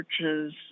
churches